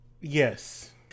Yes